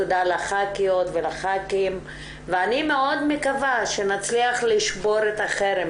תודה לח"כיות ולח"כים ואני מאוד מקווה שנצליח לשבור את החרם